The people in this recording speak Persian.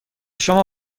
شما